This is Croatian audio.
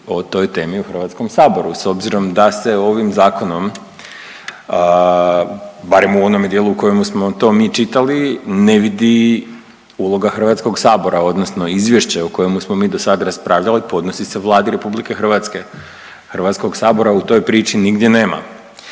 o toj temi u Hrvatskom saboru s obzirom da se ovim zakonom barem u onome dijelu u kojemu smo to mi čitali ne vidi uloga Hrvatskog sabora, odnosno izvješće o kojemu smo mi do sad raspravljali podnosi se Vladi Republike Hrvatske. Hrvatskog sabora u toj priči nigdje nema.